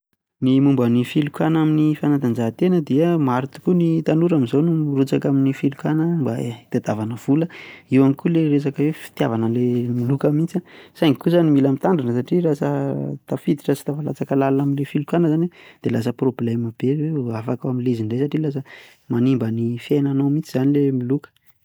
Ny momba ny filokana amin'ny fantanjahantena dia maro tokoa ny tanora amin'izao no mirotsaka amin'ny filokana mba hitadiavana vola, eo ihany koa ilay resaka hoe fitiavana an'ilay miloka mihintsy saingy koa izany mila mitandrina satria lasa tafiditra sy tafalatsaka lalina amin'ilay filokana dia lasa problema be izay vao afaka amin'ilay izy indray satria lasa manimba ny fiainanao mihintsy izany ilay miloka.